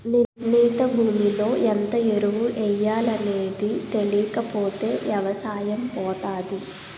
నిర్ణీత భూమిలో ఎంత ఎరువు ఎయ్యాలనేది తెలీకపోతే ఎవసాయం పోతాది